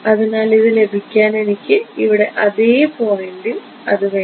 അതിനാൽ ഇത് ലഭിക്കാൻ എനിക്ക് ഇവിടെ അത് അതേ പോയിൻറൻ്റിൽ വേണം